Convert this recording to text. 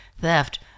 theft